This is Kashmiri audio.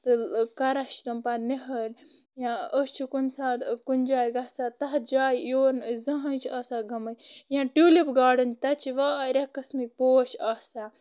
تہِ کران چھِ تِم پتہٕ نِہٲلۍ یا أسۍ چھِ کُنہِ ساتہٕ کُنہِ جایہِ گژھان تتھ جایہِ یور نہٕ أسۍ زٕہٕنۍ چھِ آسان گمٕتۍ یا ٹیوٗلِپ گاڈن چھُ تتہِ چھِ واریاہ قِسمٕکۍ پوش آسان